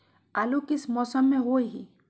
आलू किस मौसम में होई?